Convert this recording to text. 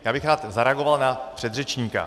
Já bych rád zareagoval na předřečníka.